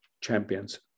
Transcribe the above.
champions